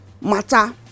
matter